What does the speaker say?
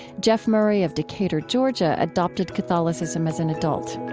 jef murray of decatur, georgia, adopted catholicism as an adult